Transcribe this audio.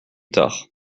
tard